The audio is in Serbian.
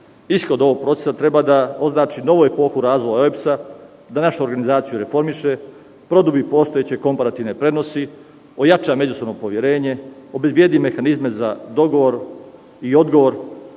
Ishod ovog procesa treba da označi novu epohu razvoja OEBS-a, današnju organizaciju reformiše, produbi postojeće komparativne prednosti, ojača međusobno poverenje, obezbedi mehanizme za dogovor i odgovor